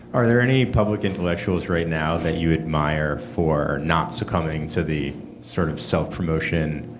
are there any public intellectuals right now that you admire for not succumbing to the sort of self-promotion,